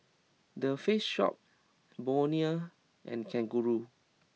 The Face Shop Bonia and Kangaroo